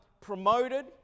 promoted